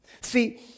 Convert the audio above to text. See